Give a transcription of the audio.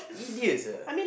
idiots ah